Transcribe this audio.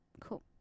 Cool